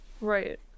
Right